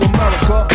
America